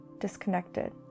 disconnected